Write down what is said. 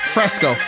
Fresco